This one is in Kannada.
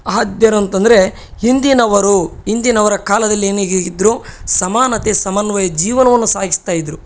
ಆದ್ಯರು ಅಂತಂದ್ರೆ ಹಿಂದಿನವರು ಹಿಂದಿನವರ ಕಾಲದಲ್ಲಿ ಏನೆಗೇ ಇದ್ರು ಸಮಾನತೆ ಸಮನ್ವಯ ಜೀವನವನ್ನು ಸಾಗಿಸ್ತಾ ಇದ್ರು